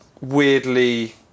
weirdly